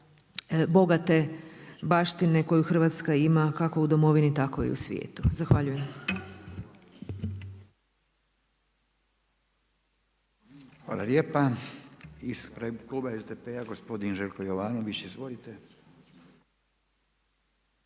bogate baštine koju Hrvatska ima kako u domovini tako i u svijetu. Zahvaljujem.